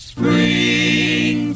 Spring